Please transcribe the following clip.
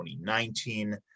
2019